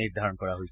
নিৰ্ধাৰণ কৰা হৈছে